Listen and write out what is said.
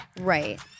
Right